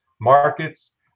markets